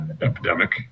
epidemic